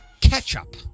Ketchup